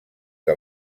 que